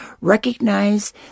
Recognize